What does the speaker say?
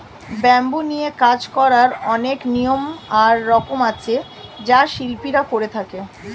bamboo নিয়ে কাজ করার অনেক নিয়ম আর রকম আছে যা শিল্পীরা করে থাকে